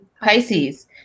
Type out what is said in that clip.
Pisces